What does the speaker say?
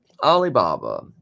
Alibaba